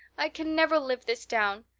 i can never live this down.